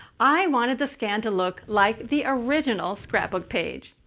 i wanted the scan to look like the original scrapbook page.